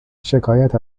شکایت